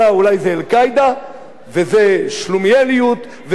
וזה שלומיאליות, וזה חלם שהדבר הזה לא נעשה.